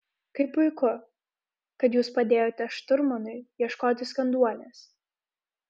kaip puiku kad jūs padėjote šturmanui ieškoti skenduolės